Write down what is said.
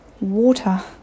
water